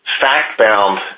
fact-bound